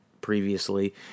previously